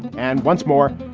and once more,